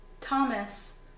Thomas